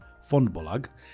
Fondbolag